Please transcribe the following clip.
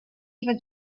even